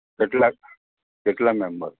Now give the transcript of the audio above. કેટલાક કેટલા મેમ્બર